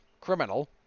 criminal